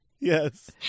Yes